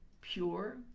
pure